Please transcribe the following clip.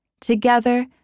Together